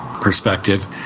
perspective